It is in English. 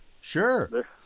sure